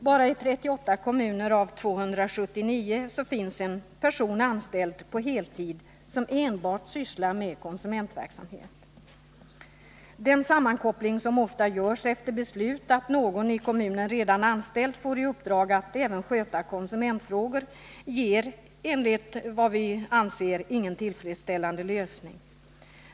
Bara i 38 kommuner av 279 finns en person anställd på heltid som enbart sysslar med konsumentverksamhet. Den sammankoppling som ofta görs efter ett beslut, att någon i kommunen redan anställd får i uppdrag att även sköta konsumentfrågor, ger ingen tillfredsställande lösning.